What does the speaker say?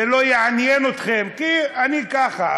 זה לא יעניין אתכם, כי: אני ככה.